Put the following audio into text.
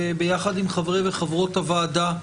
ביחד עם חברי וחברות הוועדה,